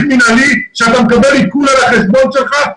מינהלי כשאתה מקבל עיקול על החשבון שלך.